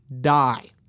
die